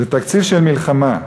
זה תקציב של מלחמה.